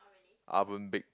Ovenbake